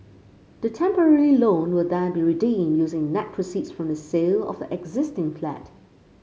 the temporary loan will then be redeemed using net proceeds from the sale of the existing flat